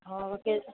অঁ কে